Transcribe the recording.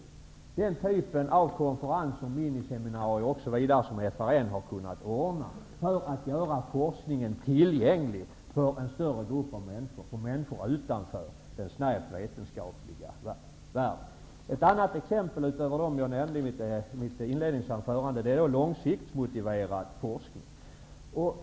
Det är den typen av konferenser, miniseminarier osv. som FRN har kunnat ordna för att göra forskningen tillgänlig för en större grupp av människor, människor utanför den snävt vetenskapliga världen. Ett annat exempel utöver dem jag nämnde i mitt inledningsanförande är forskning som är motiverad på lång sikt.